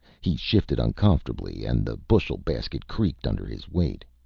he shifted uncomfortably, and the bushel basket creaked under his weight.